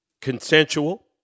Consensual